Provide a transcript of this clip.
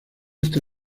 esta